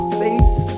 face